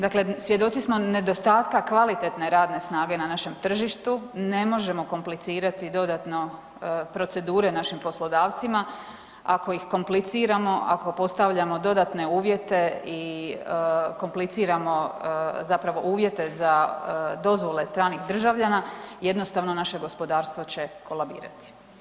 Dakle, svjedoci smo nedostatka kvalitetne radne snage na našem tržištu, ne možemo komplicirati dodatno procedure našim poslodavcima, ako ih kompliciramo, ako postavljamo dodatne uvjete i kompliciramo zapravo uvjete za dozvole stranih državljana jednostavno naše gospodarstvo će kolabirati.